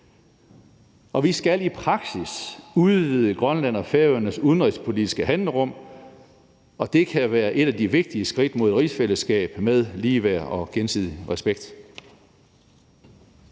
Vi skal i praksis udvide Grønland og Færøernes udenrigspolitiske handlerum. Det kan være et af de vigtige skridt mod et rigsfællesskab med ligeværd og gensidig respekt.